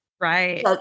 Right